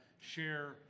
share